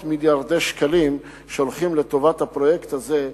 מיליארדי שקלים שהולכים לטובת הפרויקט הזה,